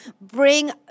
bring